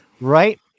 Right